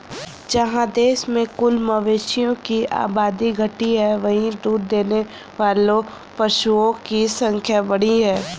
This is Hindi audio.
जहाँ देश में कुल मवेशियों की आबादी घटी है, वहीं दूध देने वाले पशुओं की संख्या बढ़ी है